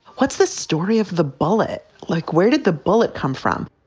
what's the story of the bullet? like, where did the bullet come from?